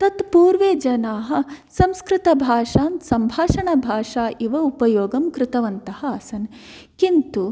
तत् पूर्वे जनाः संस्कृतभाषां सम्भाषणभाषा इव उपयोगं कृतवन्तः आसन् किन्तु